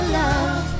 love